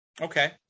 Okay